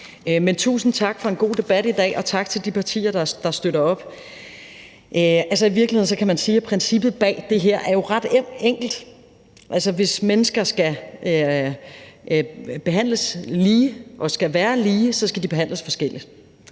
tusind tak for en god debat i dag, og tak til de partier, der bakker op. I virkeligheden kan man sige, at princippet for det her er ret enkelt. Altså, hvis mennesker skal behandles lige og skal være lige, skal de behandles forskelligt.